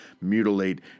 mutilate